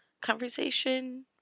conversation